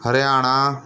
Haryana